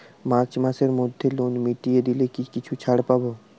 March মাসের মধ্যে loan মিটিয়ে দিলে কি কিছু ছাড় পাব?